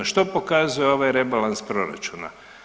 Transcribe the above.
Što pokazuje ovaj rebalans proračuna?